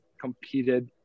competed